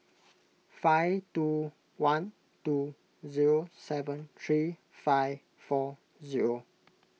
five two one two zero seven three five four zero